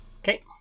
Okay